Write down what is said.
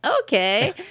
okay